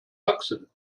accident